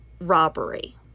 robbery